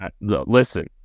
listen